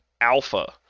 alpha